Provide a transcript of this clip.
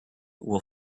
will